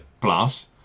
plus